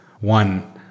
One